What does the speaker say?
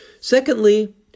Secondly